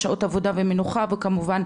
שעות עבודה ומנוחה וכמובן,